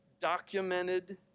documented